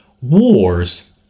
wars